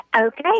Okay